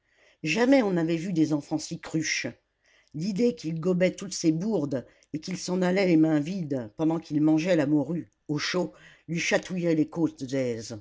jamais on n'avait vu des enfants si cruches l'idée qu'ils gobaient toutes ses bourdes et qu'ils s'en allaient les mains vides pendant qu'il mangeait la morue au chaud lui chatouillait les côtes